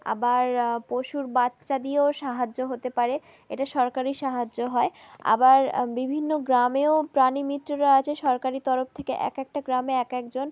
আবার পশুর বাচ্চা দিয়েও সাহায্য হতে পারে এটা সরকারি সাহায্য হয় আবার বিভিন্ন গ্রামেও প্রাণী মিত্ররা আছে সরকারি তরফ থেকে এক একটা গ্রামে এক এক জন